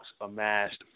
amassed